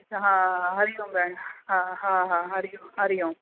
हा हा हरि ओम भेण हा हा हा हरि ओम हरि ओम